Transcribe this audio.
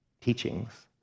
teachings